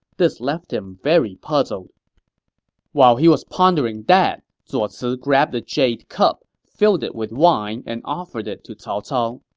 this left him very puzzled while he was pondering that, zuo ci so grabbed a jade cup, filled it with wine, and offered it to cao cao.